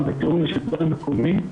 גם בתיאום עם השלטון המקומי,